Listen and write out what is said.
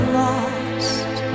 lost